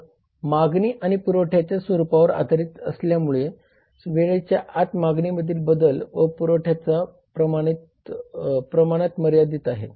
मग मागणी आणि पुरवठ्याच्या स्वरूपावर आधारित असल्यामुळे वेळेच्या आत मागणीमधील बदल व पुरवठाचा प्रमाणात मर्यादित आहे